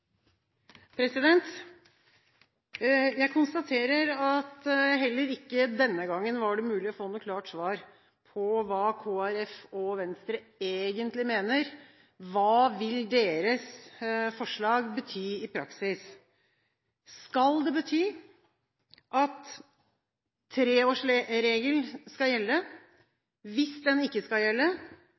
allianser. Jeg konstaterer at det heller ikke denne gangen var mulig å få noe klart svar på hva Kristelig Folkeparti og Venstre egentlig mener, og hva deres forslag vil bety i praksis. Skal det bety at treårsregelen skal gjelde? Hvis den ikke skal gjelde,